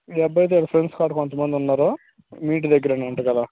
ఈ అబ్బాయితో వీళ్ళ ఫ్రెండ్స్ కూడా కొంత మంది ఉన్నారు మీ ఇంటి దగ్గరేనంట కదా